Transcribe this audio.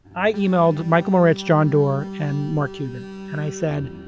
i emailed michael moritz, john doerr, and mark cuban and i said,